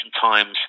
times